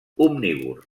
omnívor